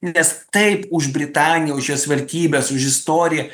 nes taip už britaniją už jos vertybes už istoriją